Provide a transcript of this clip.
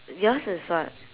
yours is what